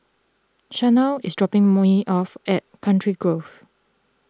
Shaunna is dropping me off at Country Grove